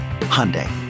Hyundai